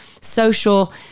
social